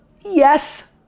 yes